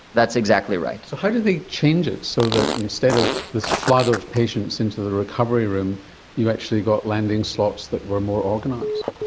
that's exactly right. so how did they change it so that instead of this flood of patients into the recovery room you actually got landing slots that were more organised?